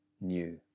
new